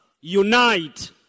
unite